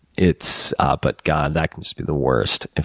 it's but, god. that could just be the worst.